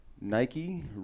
Nike